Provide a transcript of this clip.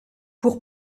pour